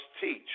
teach